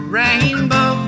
rainbow